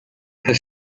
her